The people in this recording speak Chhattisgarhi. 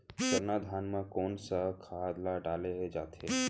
सरना धान म कोन सा खाद ला डाले जाथे?